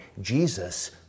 Jesus